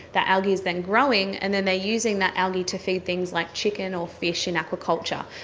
that algae is then growing and then they using that algae to feed things like chicken or fish in aquaculture.